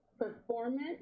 performance